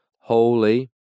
holy